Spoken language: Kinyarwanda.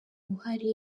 uhari